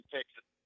Texas